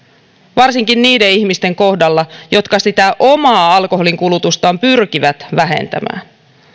varsinkin niiden ihmisten kohdalla jotka sitä omaa alkoholinkulutustaan pyrkivät vähentämään